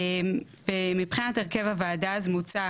מבחינת הרכב הוועדה מוצע,